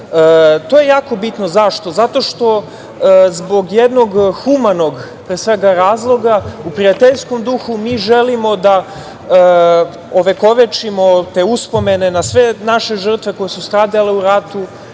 je jako bitno. Zašto? Zato što zbog jednog humanog, pre svega, razloga u prijateljskom duhu mi želimo da ovekovečimo te uspomene na sve naše žrtve koje su stradale u ratu,